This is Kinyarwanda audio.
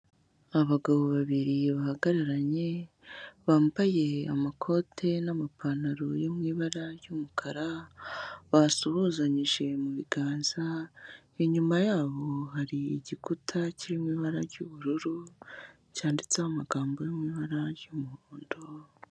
Abagabo babiri bahagararanye, bambaye amakoti n'amapantaro yo mu ibara ry'umukara, basuhuzanyije mu biganza, inyuma yabo hari igikuta kiri mu ibara ry'ubururu, cyanditseho amagambo yo mu ibara ry'umuhondo.